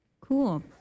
Cool